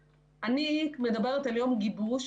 אני לא מצפה שכל אחד יקבל התייחסות,